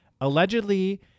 Allegedly